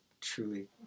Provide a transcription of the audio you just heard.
truly